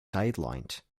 sidelined